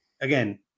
again